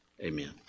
Amen